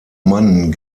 mann